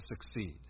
succeed